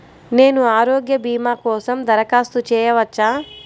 నేను ఆరోగ్య భీమా కోసం దరఖాస్తు చేయవచ్చా?